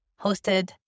Hosted